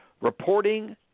reporting